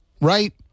Right